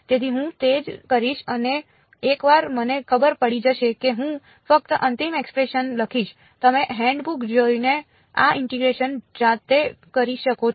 તેથી હું તે જ કરીશ અને એકવાર મને ખબર પડી જશે કે હું ફક્ત અંતિમ એક્સપ્રેશન લખીશ તમે હેન્ડબુક જોઈને આ ઇન્ટીગ્રેશન જાતે કરી શકો છો